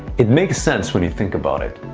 it makes sense when you think about it.